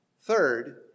Third